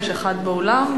יש אחד באולם,